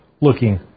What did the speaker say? looking